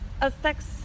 affects